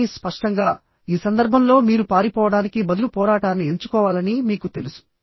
కానీ స్పష్టంగా ఈ సందర్భంలో మీరు పారిపోవడానికి బదులు పోరాటాన్ని ఎంచుకోవాలని మీకు తెలుసు